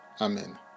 Amen